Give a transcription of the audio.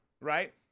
right